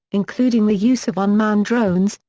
including the use of unmanned drones,